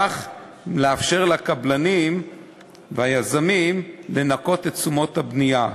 וכך לאפשר לקבלנים והיזמים לנכות את תשומות הבנייה.